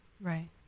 Right